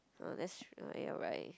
ah that's true you're right